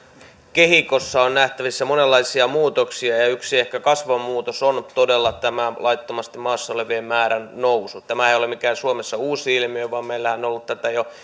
kehikossa on nähtävissä monenlaisia muutoksia ja ja yksi ehkä kasvava muutos on todella tämä laittomasti maassa olevien määrän nousu tämä ei ole suomessa mikään uusi ilmiö vaan meillähän on ollut tätä jo